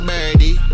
Birdie